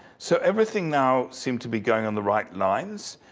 so everything now seems to be going on the right lines.